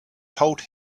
told